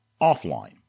offline